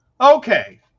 Okay